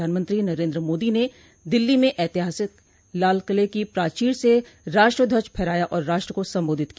प्रधानमंत्री नरेन्द्र मोदी ने दिल्ली में ऐतिहासिक लाल किले की प्राचीर से राष्ट्रध्वज फहराया और राष्ट्र को सम्बोधित किया